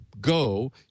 go